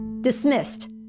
Dismissed